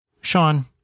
Sean